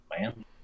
man